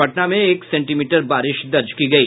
पटना में एक centimetre बारिश दर्ज की गयी